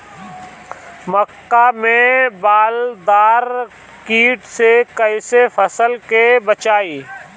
मक्का में बालदार कीट से कईसे फसल के बचाई?